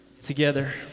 together